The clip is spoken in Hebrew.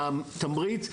התמריץ,